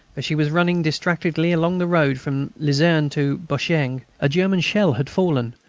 as she was running distractedly along the road from lizerne to boesinghe a german shell had fallen,